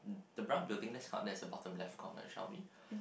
mm the brown building let's talk the bottom left corner shall we